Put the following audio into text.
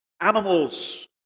animals